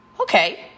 Okay